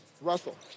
Russell